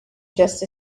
just